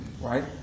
right